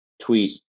tweet